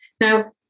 Now